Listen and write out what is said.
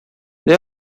they